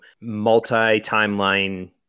multi-timeline